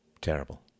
terrible